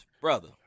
Brother